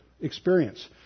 experience